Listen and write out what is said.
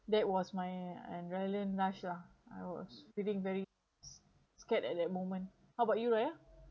that was my adrenaline rush lah I was getting very scared at that moment how about you raya